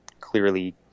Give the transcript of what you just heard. clearly